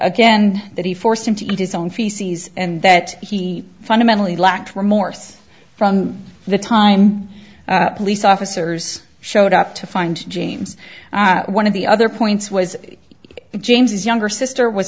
again that he forced him to eat his own feces and that he fundamentally lacked remorse from the time police officers showed up to find james one of the other points was james his younger sister was